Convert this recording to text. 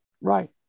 Right